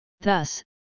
Thus